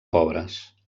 pobres